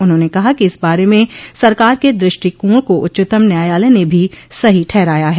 उन्होंने कहा कि इस बारे में सरकार के दष्टिकोण को उच्चतम न्यायालय ने भी सही ठहराया है